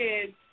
kids